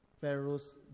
Pharaoh's